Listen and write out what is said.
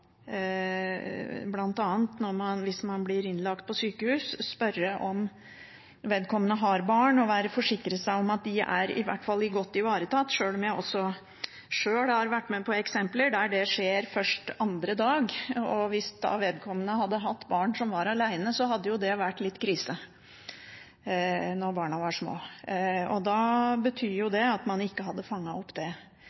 man spørre om vedkommende har barn og forsikre seg om at de i hvert fall er godt ivaretatt, sjøl om jeg har sett eksempler på at det skjer først andre dag. Hvis vedkommende da hadde hatt barn som var alene, hadde det vært litt krise hvis barna var små. Da betyr